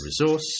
resource